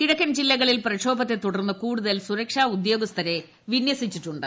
കിഴക്കൻ ജില്ലകളിൽ പ്രക്ഷോഭത്തെ ൃതുടർന്ന് കൂടുതൽ സുരക്ഷാ ഉദ്യോഗസ്ഥരെ വിന്യസിച്ചിട്ടുണ്ട്